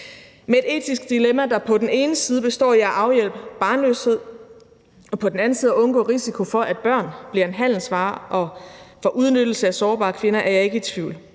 for et etisk dilemma, der på den ene side består i at afhjælpe barnløshed og på den anden side undgå risiko for, at børn bliver en handelsvare og sårbare kvinder udnyttes, er jeg ikke i tvivl.